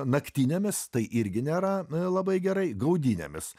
naktinėmis tai irgi nėra labai gerai gaudynėmis